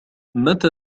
متى